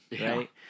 right